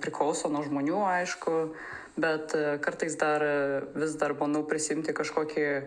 priklauso nuo žmonių aišku bet kartais dar vis dar bandau prisiimti kažkokį